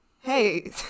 hey